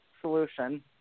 solution